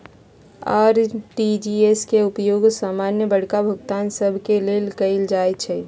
RTGS के उपयोग समान्य बड़का भुगतान सभ के लेल कएल जाइ छइ